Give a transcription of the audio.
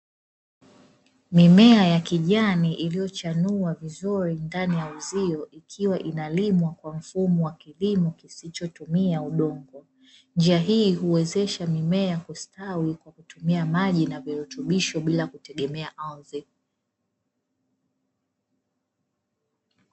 Mimea ya kijani iliyo chanua vizuri ndani ya uzio, ikiwa inalimwa kwa mfumo wa kilimo kisicho tumia udongo, njia hii kuwezesha mimea kustawi kwa kutumia maji na virutubisho bila kutegemea ardhi.